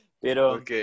pero